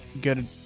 good